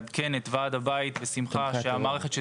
לעדכן בשמחה את ועד הבית שהמערכת שתותקן היא אחת.